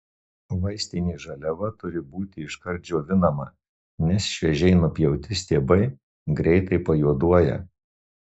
vaistinė žaliava turi būti iškart džiovinama nes šviežiai nupjauti stiebai greitai pajuoduoja